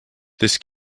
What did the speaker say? this